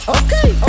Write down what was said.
okay